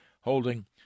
holding